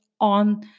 on